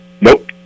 Nope